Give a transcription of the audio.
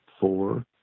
four